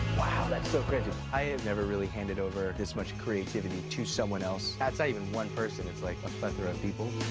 wow, that's so crazy. i have never really handed over this much creativity to someone else. that's not even one person. it's like a plethora of people.